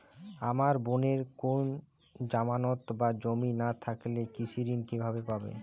আমার বোনের কোন জামানত বা জমি না থাকলে কৃষি ঋণ কিভাবে পাবে?